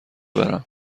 برم